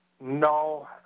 No